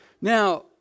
Now